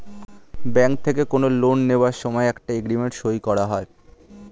bank থেকে কোনো loan নেওয়ার সময় একটা এগ্রিমেন্ট সই করা হয়